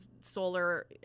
Solar